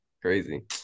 crazy